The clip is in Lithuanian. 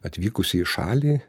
atvykusi į šalį